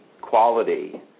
quality